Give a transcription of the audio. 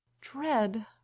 Dread